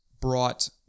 brought